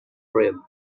rim